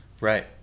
Right